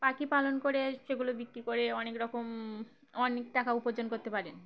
পাখি পালন করে সেগুলো বিক্রি করে অনেক রকম অনেক টাকা উপার্জন করতে পারেন